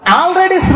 already